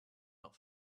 not